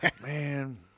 man